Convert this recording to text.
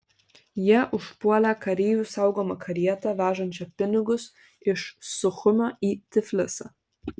jie užpuolė kareivių saugomą karietą vežančią pinigus iš suchumio į tiflisą